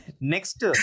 next